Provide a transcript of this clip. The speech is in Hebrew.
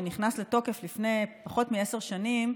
שנכנס לתוקף לפני פחות מעשר שנים,